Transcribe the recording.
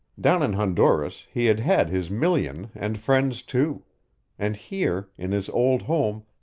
down in honduras he had had his million and friends, too and here, in his old home,